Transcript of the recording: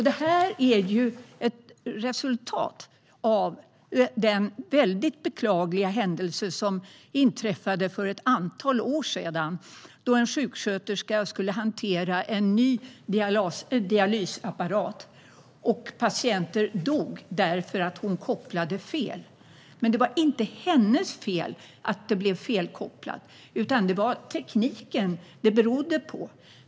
Det här är ett resultat av den mycket beklagliga händelse som inträffade för ett antal år sedan då en sjuksköterska skulle hantera en ny dialysapparat och patienter dog därför att hon kopplade fel. Det var inte hennes fel att det blev felkopplat, utan det var tekniken det berodde på.